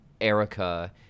Erica